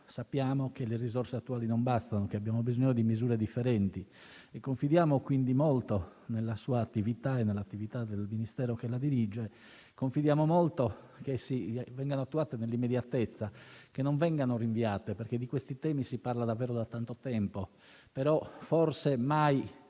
Sappiamo che le risorse attuali non bastano e che abbiamo bisogno di misure differenti. Confidiamo quindi molto nella sua attività e nell'attività del Ministero che lei dirige perché vengano attuate nell'immediatezza e non vengono rinviate. Di questi temi si parla veramente da tanto tempo, ma